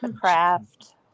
craft